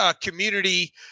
community